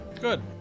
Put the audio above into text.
Good